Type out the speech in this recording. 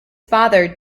father